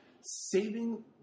saving